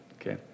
Okay